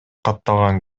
катталган